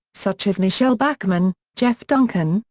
such as michele bachmann, jeff duncan,